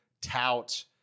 tout